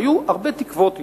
והיו הרבה תקוות אתה.